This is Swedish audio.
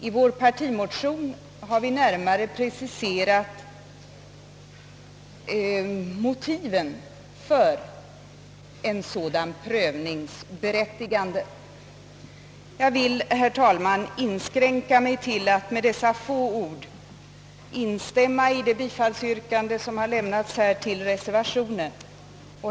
I vår partimotion har vi närmare preciserat motiven för det berättigade i en sådan prövning. Herr talman! Jag inskränker mig till att med dessa få ord instämma i det yrkande om bifall till reservationen som ställts.